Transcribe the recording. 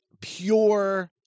pure